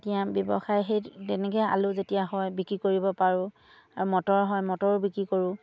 তেতিয়া ব্যৱসায় সেই তেনেকৈ আলু যেতিয়া হয় বিক্ৰী কৰিব পাৰোঁ আৰু মটৰ হয় মটৰো বিক্ৰী কৰোঁ